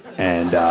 and.